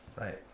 right